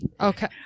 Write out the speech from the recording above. Okay